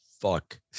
fuck